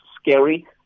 scary